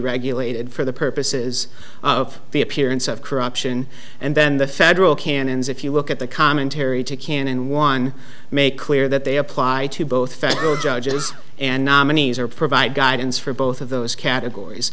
regulated for the purposes of the appearance of corruption and then the federal canons if you look at the commentary to canon one make clear that they apply to both federal judges and nominees or provide guidance for both of those categories